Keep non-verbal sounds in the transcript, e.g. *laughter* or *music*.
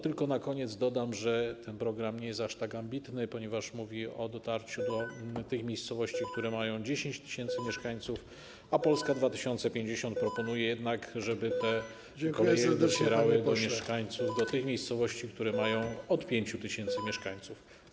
Tylko na koniec dodam, że ten program nie jest aż tak ambitny, ponieważ mówi o dotarciu *noise* do tych miejscowości, które mają 10 tys. mieszkańców, a Polska 2050 proponuje jednak, żeby koleje docierały do mieszkańców, do tych miejscowości, które mają od 5 tys. mieszkańców.